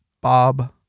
bob